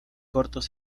cortos